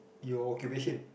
your occupation